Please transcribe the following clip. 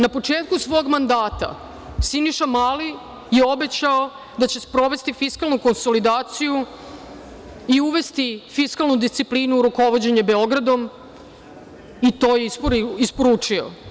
Na početku svog mandata, Siniša Mali je obećao da će sprovesti fiskalnu konsolidaciju i uvesti fiskalnu disciplinu rukovođenjem Beogradom i to je isporučio.